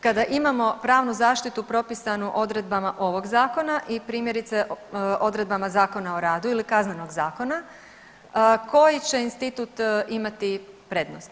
Kada imamo pravnu zaštitu propisanu odredbama ovog zakona i primjerice odredbama Zakona o radu ili Kaznenog zakona koji će institut imati prednost?